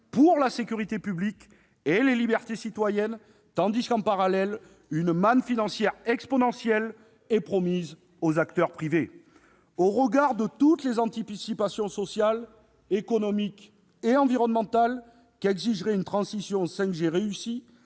pour la sécurité publique et les libertés citoyennes tandis qu'en parallèle une manne financière exponentielle est promise aux acteurs privés. Au regard de toutes les anticipations sociales, économiques et environnementales qu'exigerait une transition vers la 5G réussie,